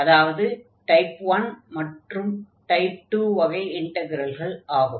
அதாவது டைப் 1 மற்றும் டைப் 2 வகை இன்டக்ரல்கள் ஆகும்